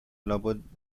لابد